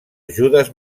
judes